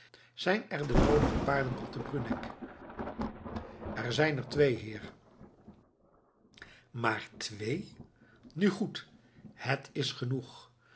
zijn er de noodige paarden op den bruneck er zijn er twee heer maar twee nu goed het is genoeg